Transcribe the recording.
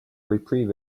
reprieve